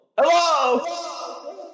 Hello